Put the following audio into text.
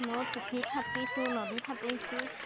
মই পুখুৰীত সাঁতুৰিছোঁ নদীত সাঁতুৰিছোঁ